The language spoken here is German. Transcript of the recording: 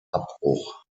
abbruch